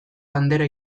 bandera